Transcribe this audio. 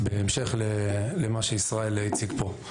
בהמשך למה שישראל הציג פה,